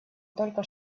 только